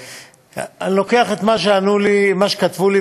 אני לוקח את מה שכתבו לי,